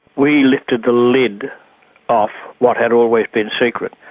we lifted the lid off what had always been secret,